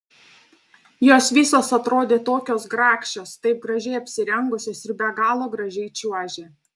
jos visos atrodė tokios grakščios taip gražiai apsirengusios ir be galo gražiai čiuožė